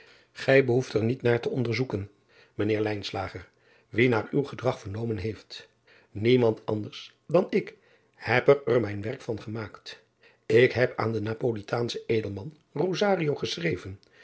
if behoeft er niet naar te onderzoeken mijn eer wie naar uw gedrag vernomen heeft iemand anders dan ik heb er mijn werk van ge driaan oosjes zn et leven van aurits ijnslager maakt k heb aan den apolitaanschen delman geschreven